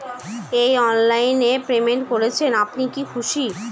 এই অনলাইন এ পেমেন্ট করছেন আপনি কি খুশি?